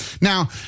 Now